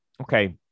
Okay